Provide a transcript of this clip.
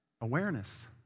Awareness